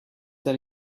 that